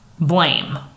blame